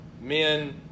men